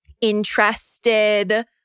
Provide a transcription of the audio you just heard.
interested